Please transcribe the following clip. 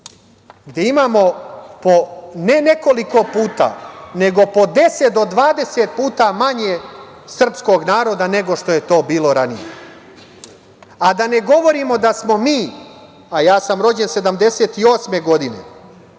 Imamo po ne nekoliko puta, nego po 10 do 20 puta manje srpskog naroda nego što je to bilo ranije, a da ne govorimo da smo mi, a ja sam rođen 1978. godine,